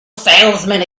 salesman